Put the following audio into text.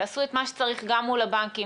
תעשו את מה שצריך גם מול הבנקים.